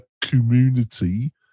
community